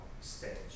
stage